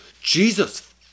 Jesus